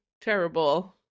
terrible